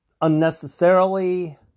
unnecessarily